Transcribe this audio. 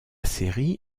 série